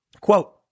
Quote